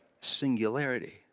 singularity